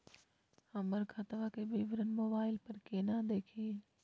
हमर खतवा के विवरण मोबाईल पर केना देखिन?